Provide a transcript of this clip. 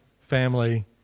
family